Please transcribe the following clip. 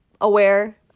aware